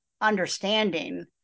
understanding